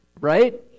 right